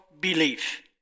belief